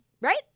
Right